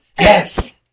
Yes